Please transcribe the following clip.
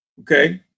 Okay